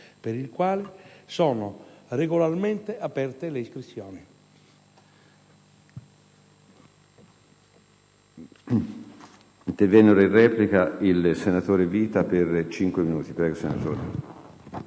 per il quale sono regolarmente aperte le iscrizioni.